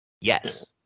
Yes